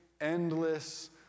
endless